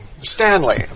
Stanley